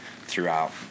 throughout